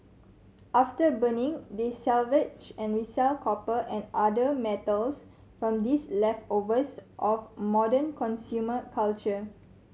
after burning they salvage and resell copper and other metals from these leftovers of modern consumer culture